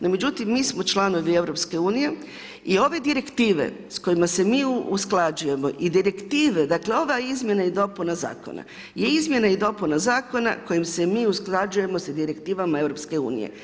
No međutim, mi smo članovi EU i ove direktive s kojima se mi usklađujemo i direktive dakle ova izmjena i dopuna zakona je izmjena i dopuna zakona s kojim se mi usklađujemo sa direktivama EU.